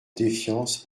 défiance